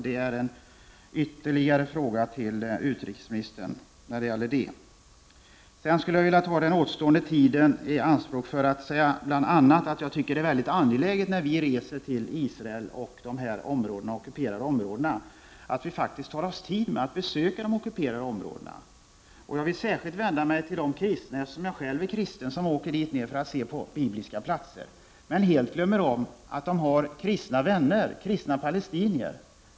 Detta utgör ännu en fråga till utrikesministern. Den återstående tiden skulle jag vilja ta i anspråk för att bl.a. säga att jag tycker att det är mycket angeläget att vi, när vi reser till Israel, faktiskt också tar oss tid att besöka de ockuperade områdena. Eftersom jag själv är kristen vill jag särskilt vända mig till de kristna som åker dit ner för att se på bibliska platser, men helt glömmer att de har kristna vänner, kristna palestinier där.